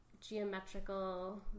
geometrical